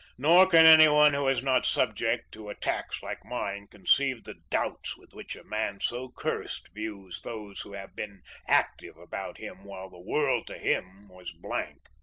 nor can any one who is not subject to attacks like mine conceive the doubts with which a man so cursed views those who have been active about him while the world to him was blank.